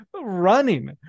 running